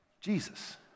Jesus